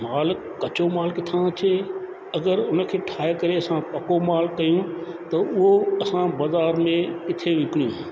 माल कच्चो माल किथां थो अचे अगरि उन खे ठाहे करे असां पको माल कयूं त उहो असां बाज़ारि में किथे विकिणूं